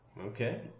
Okay